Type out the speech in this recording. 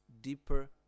deeper